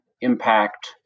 impact